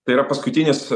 tai yra paskutinis